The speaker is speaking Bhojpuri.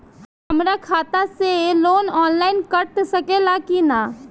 हमरा खाता से लोन ऑनलाइन कट सकले कि न?